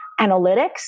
analytics